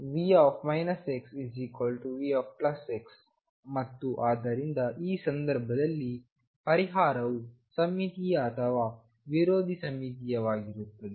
V xVx ಮತ್ತು ಆದ್ದರಿಂದ ಈ ಸಂದರ್ಭದಲ್ಲಿ ಪರಿಹಾರವು ಸಮ್ಮಿತೀಯ ಅಥವಾ ವಿರೋಧಿ ಸಮ್ಮಿತೀಯವಾಗಿರುತ್ತದೆ